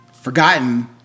forgotten